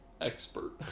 expert